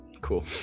Cool